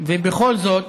ובכל זאת